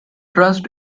trust